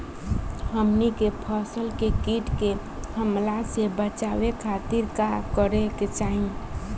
हमनी के फसल के कीट के हमला से बचावे खातिर का करे के चाहीं?